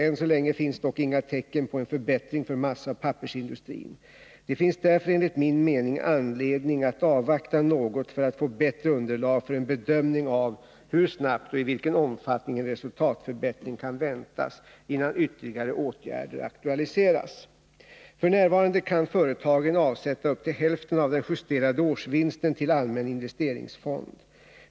Än så länge finns dock inga tecken på en förbättring för massaoch pappersindustrin. Det finns därför enligt min mening anledning att avvakta något för att får bättre underlag för en bedömning av hur snabbt och i vilken omfattning en resultatförbättring kan väntas innan ytterligare åtgärder aktualiseras. F. n. kan företagen avsätta upp till hälften av den justerade årsvinsten till allmän investeringsfond.